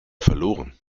verloren